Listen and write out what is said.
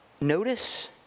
Notice